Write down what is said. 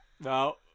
No